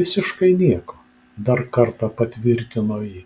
visiškai nieko dar kartą patvirtino ji